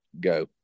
go